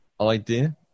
idea